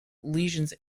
lesions